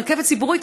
רכבת ציבורית,